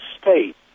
state